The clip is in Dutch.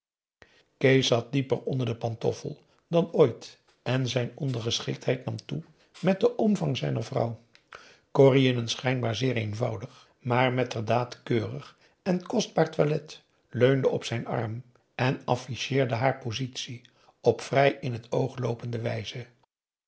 kees zat dieper onder de pantoffel dan ooit en zijn ondergeschiktheid nam toe met den omvang zijner vrouw corrie in n schijnbaar zeer eenvoudig maar metterdaad keurig en kostbaar toilet leunde op zijn arm en afficheerde haar positie op vrij in het oog loopende wijze